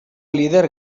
líder